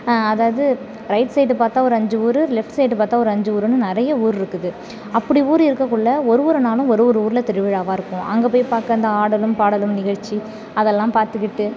அதாவது right side பார்த்தா ஒரு அஞ்சு ஊர் லெஃப்ட் சைடு பார்த்தா ஒரு அஞ்சு ஊருன்னு நிறைய ஊர் இருக்குது அப்படி ஊர் இருக்கக்குள்ளே ஒரு ஒரு நாளும் ஒரு ஒரு ஊரில் திருவிழாவாக இருக்கும் அங்கே போய் பார்க்க இந்த ஆடலும் பாடலும் நிகழ்ச்சி அதெல்லாம் பார்த்துக்கிட்டு